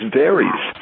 varies